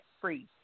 free